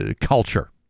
culture